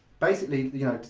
basically you know,